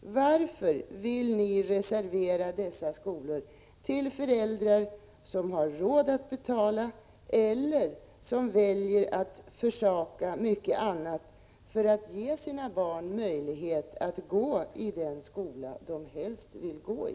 Varför vill ni reservera dessa skolor för föräldrar som har råd att betala eller som väljer att försaka mycket annat för att ge sina barn möjlighet att gå i den skola som de helst vill gå i?